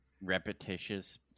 repetitious